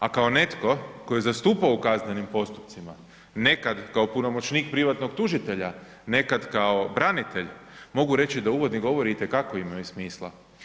A kao netko tko je zastupao u kaznenim postupcima, nekad kao punomoćnik privatnog tužitelja, nekad kao branitelj, mogu reći da uvodni govori itekako imaju smisla.